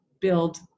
build